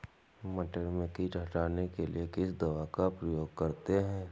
मटर में कीट हटाने के लिए किस दवा का प्रयोग करते हैं?